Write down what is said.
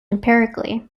empirically